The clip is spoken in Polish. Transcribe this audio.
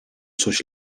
coś